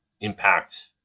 impact